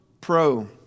pro